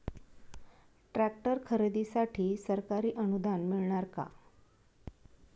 Tractor खरेदीसाठी सरकारी अनुदान मिळणार का?